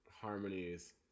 harmonies